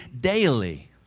daily